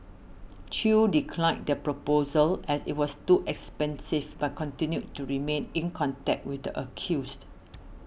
Chew declined the proposal as it was too expensive but continued to remain in contact with the accused